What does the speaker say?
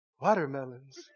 watermelons